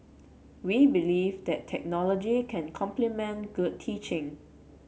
we believe that technology can complement good teaching